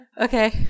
Okay